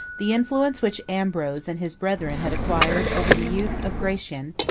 the influence which ambrose and his brethren had acquired over the youth of gratian,